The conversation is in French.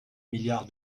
milliards